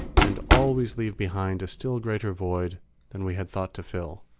and always leave behind a still greater void than we had thought to fill.